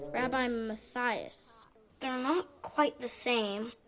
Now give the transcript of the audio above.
rabbi mathias they're not quite the same.